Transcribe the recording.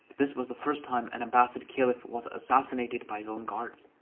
this was the first time an abbasid caliph was assassinated by his own guards.